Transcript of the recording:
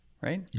right